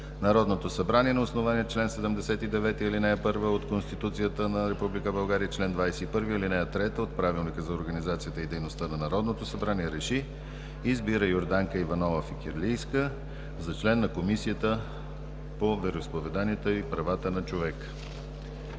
Народното събрание на основание чл. 79, ал. 1 от Конституцията на Република България и чл. 21, ал. 3 от Правилника за организацията и дейността на Народното събрание РЕШИ: Избира Йорданка Иванова Фикирлийска за член на Комисията по вероизповеданията и правата на човека.“